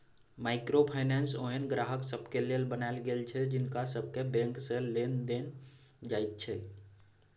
micro finance ओहेन ग्राहक सबके लेल बनायल गेल छै जिनका सबके बैंक से लोन नै देल जाइत छै